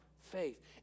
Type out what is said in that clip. faith